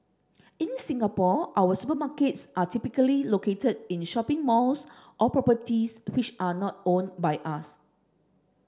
in Singapore our supermarkets are typically located in shopping malls or properties which are not owned by us